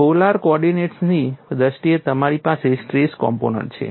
polar કોઓર્ડિનેટ્સની દ્રષ્ટિએ તમારી પાસે સ્ટ્રેસ કોમ્પોનન્ટ્સ છે